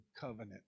covenant